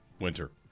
Winter